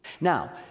Now